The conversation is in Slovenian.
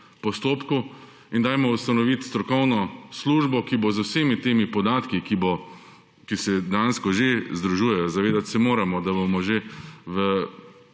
postopku, in dajmo ustanoviti strokovno službo, ki bo z vsemi temi podatki, ki se dejansko že združujejo – zavedati se moramo, da bomo že v